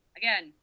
again